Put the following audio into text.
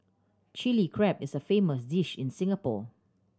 Chilli Crab is a famous dish in Singapore